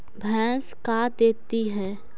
भैंस का देती है?